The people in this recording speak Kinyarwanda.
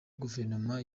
guverinoma